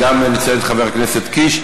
אני גם מציין את חבר הכנסת קיש.